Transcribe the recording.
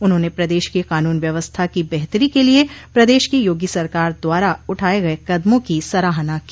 उन्होंने प्रदेश की कानून व्यवस्था की बेहतरी के लिये प्रदेश की योगी सरकार द्वारा उठाये गये कदमों की सराहना की